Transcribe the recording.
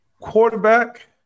quarterback